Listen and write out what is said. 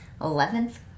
Eleventh